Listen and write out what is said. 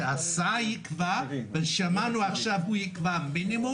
מתוך נקודת הנחה שההליך הזה של עיצומים כספיים הוא הליך נכון יותר,